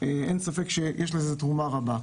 אין ספק שיש לזה תרומה רבה.